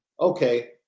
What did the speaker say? okay